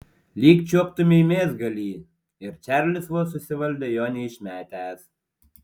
lyg čiuoptumei mėsgalį ir čarlis vos susivaldė jo neišmetęs